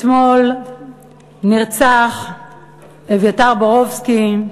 אתמול נרצח אביתר בורובסקי,